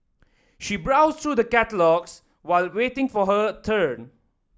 she browsed through the catalogues while waiting for her turn